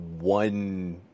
one